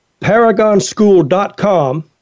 ParagonSchool.com